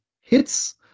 hits